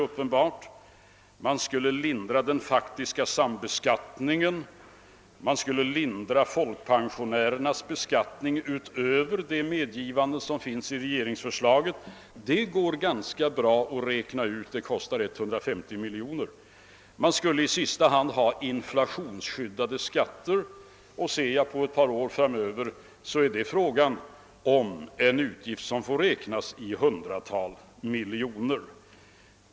Ävenså skulle man lindra den faktiska sambeskattningen och folkpensionärernas beskattning utöver vad som föreslås i regeringens förslag. Det går bra att räkna ut vad det kostar; det blir 150 mil joner. I sista hand vill man så ha inflationsskyddade skatter. Om jag ser på den saken några år framöver, blir det en utgift som får räknas i hundratals miljoner.